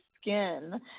skin